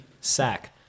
sack